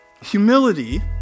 humility